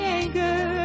anchor